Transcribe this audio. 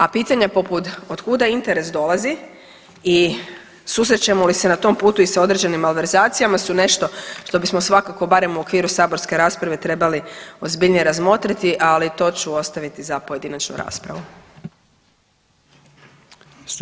A pitanje poput otkuda interes dolaze i susrećemo li se na tom putu i sa određenim malverzacijama su nešto što bismo svakako barem u okviru saborske rasprave trebali ozbiljnije razmotriti, ali to ću ostaviti za pojedinačnu raspravu.